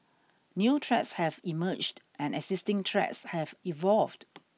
new threats have emerged and existing threats have evolved